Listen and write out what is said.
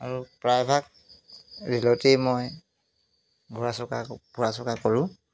আৰু প্ৰায়ভাগ ৰে'লতেই মই ঘূৰা চকা ফুৰা চকা কৰোঁ